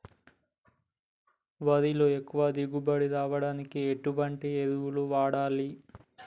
వరిలో ఎక్కువ దిగుబడి రావడానికి ఎటువంటి ఎరువులు వాడాలి?